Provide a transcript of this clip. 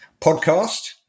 podcast